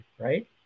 right